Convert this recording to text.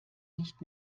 nicht